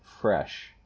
fresh